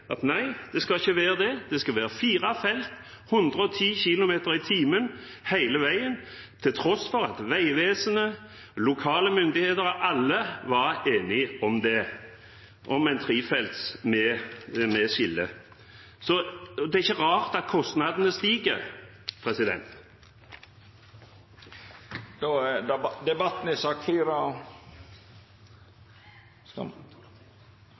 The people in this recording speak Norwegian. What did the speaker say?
at nei, det skulle ikke være det, det skulle være fire felt og 110 km/t hele veien, til tross for at Vegvesenet og lokale myndigheter – alle – var enige om en trefeltsvei med skille. Så det er ikke rart at kostnadene stiger. Jeg beklager at jeg tegnet meg sent til debatten,